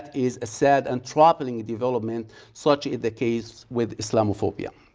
is a sad and troubling development such is the case with islamophobia